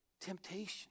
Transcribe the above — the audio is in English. temptation